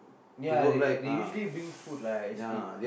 ya they they usually bring food lah actually